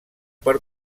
per